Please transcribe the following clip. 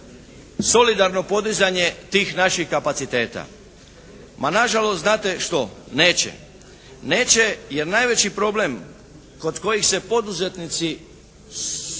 solidarno podizanje tih naših kapaciteta? Ma nažalost, znate što? Neće. Neće jer najveći problem kod kojeg se poduzetnici susreću